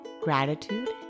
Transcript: Gratitude